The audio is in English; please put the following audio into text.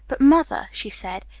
but, mother, she said,